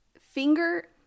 finger